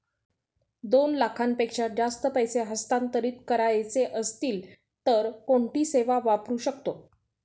दोन लाखांपेक्षा जास्त पैसे हस्तांतरित करायचे असतील तर कोणती सेवा वापरू शकतो?